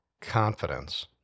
confidence